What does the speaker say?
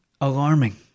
alarming